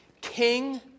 King